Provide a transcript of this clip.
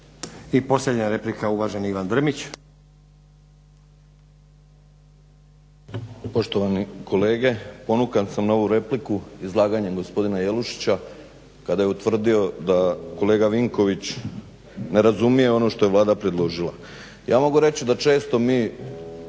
I posljednja replika uvaženi Ivan Drmić. **Drmić, Ivan (HDSSB)** Poštovani kolege, ponukan sam na ovu repliku izlaganjem gospodina Jelušića kada je utvrdio da kolega Vinković ne razumije ono što je Vlada predložila. Ja mogu reći da često mi